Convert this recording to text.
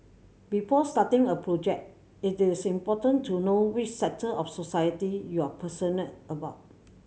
before starting a project it is important to know which sector of society you are passionate about